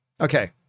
Okay